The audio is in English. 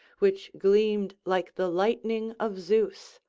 which gleamed like the lightning of zeus.